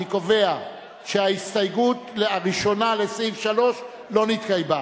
אני קובע שההסתייגות הראשונה לסעיף 3 לא נתקבלה.